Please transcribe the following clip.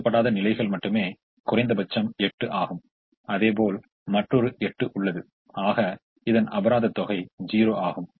ஒதுக்கப்படாத நிலைகள் மட்டுமே குறைந்தபட்சம் 8 ஆகும் அதேபோல் மற்றொரு 8 உள்ளது ஆக அபராத தொகை 0 ஆகும்